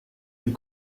elle